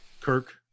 Kirk